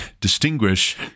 distinguish